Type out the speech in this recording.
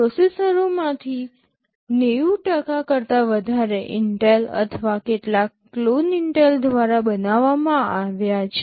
પ્રોસેસરોમાંથી ૯0 કરતા વધારે ઇન્ટેલ અથવા કેટલાક ક્લોન ઇન્ટેલ દ્વારા બનાવવામાં આવ્યા છે